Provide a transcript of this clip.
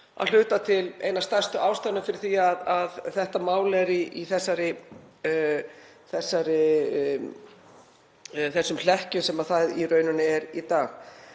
að hluta til eina stærstu ástæðuna fyrir því að þetta mál er í þeim hlekkjum sem það er í rauninni í í dag.